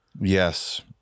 Yes